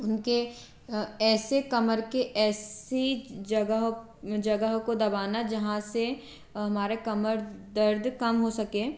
उनके ऐसे कमर के ऐसी जगह जगह को दबाना जहाँ से हमारे कमर दर्द कम हो सके